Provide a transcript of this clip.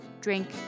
drink